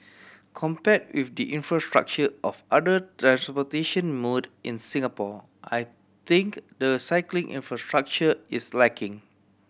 compared with the infrastructure of other transportation mode in Singapore I think the cycling infrastructure is lacking